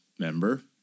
member